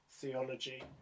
theology